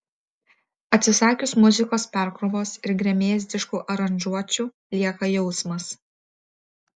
atsisakius muzikos perkrovos ir gremėzdiškų aranžuočių lieka jausmas